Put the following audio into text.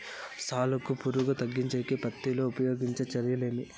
సాలుకి పులుగు తగ్గించేకి పత్తి లో ఉపయోగించే చర్యలు ఏమి?